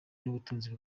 n’ubutunzi